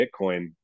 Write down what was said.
Bitcoin